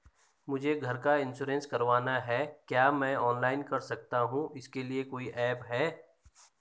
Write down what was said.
मुझे घर का इन्श्योरेंस करवाना है क्या मैं ऑनलाइन कर सकता हूँ इसके लिए कोई ऐप है?